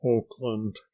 Oakland